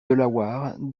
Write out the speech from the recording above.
delaware